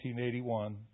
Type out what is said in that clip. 1981